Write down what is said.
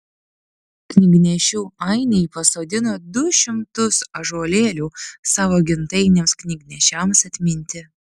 knygnešių ainiai pasodino du šimtus ąžuolėlių savo gentainiams knygnešiams atminti